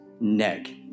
Neck